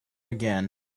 again